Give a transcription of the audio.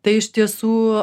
tai iš tiesų